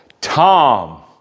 Tom